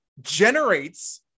generates